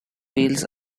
wheels